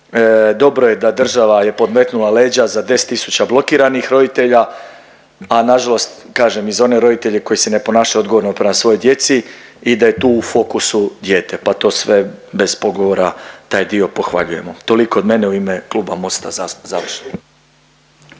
Dobro je da država je podmetnula leđa za 10 tisuća blokiranih roditelja, a nažalost kažem i za one roditelje koji se ne ponašaju odgovorno prema svojoj djeci i da je to u fokusu dijete, pa to sve bez pogovora taj dio pohvaljujemo. Toliko od mene u ime kluba Mosta za završno.